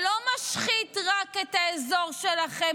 שלא משחית רק את האזור שלכם,